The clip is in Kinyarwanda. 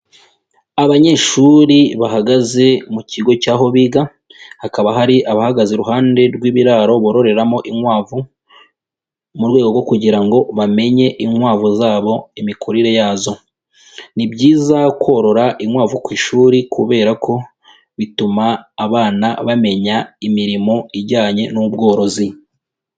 Abanyeshuri bahagaze mu kigo cy'aho biga, hakaba hari abahagaze iruhande rw'ibiraro bororeramo inkwavu mu rwego rwo kugira ngo bamenye inkwavu zabo imikorire yazo. Ni byiza korora inkwavu ku ishuri kubera ko bituma abana bamenya imirimo ijyanye n'ubworozi.